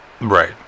Right